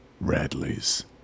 Radley's